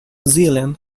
zealand